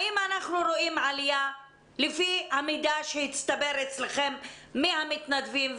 האם אנחנו רואים עלייה לפי המידע שהצטבר אצלכם מהמתנדבים,